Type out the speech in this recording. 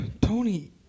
Tony